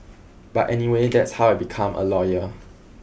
but anyway that's how I became a lawyer